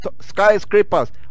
skyscrapers